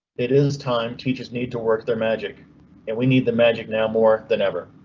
it is time teachers need to work their magic and we need the magic now more than ever.